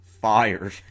fired